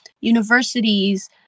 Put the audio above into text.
universities